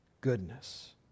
goodness